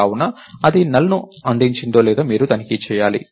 కావున అది NULLని అందించిందో లేదో మీరు తనిఖీ చేయాలి